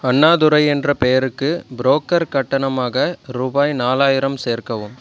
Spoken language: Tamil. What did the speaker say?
அண்ணாதுரை என்ற பெயருக்கு புரோக்கர் கட்டணமாக ரூபாய் நாலாயிரம் சேர்க்கவும்